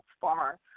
far